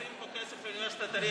מציעים פה כסף לאוניברסיטת אריאל.